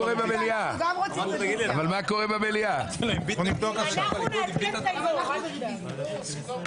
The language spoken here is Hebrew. הישיבה ננעלה בשעה